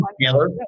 Taylor